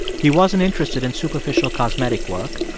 he wasn't interested in superficial cosmetic work.